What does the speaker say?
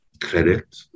credit